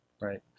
right